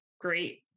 great